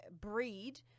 breed